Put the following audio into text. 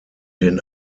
den